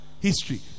history